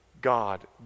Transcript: God